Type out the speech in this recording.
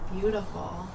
beautiful